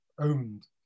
owned